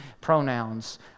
pronouns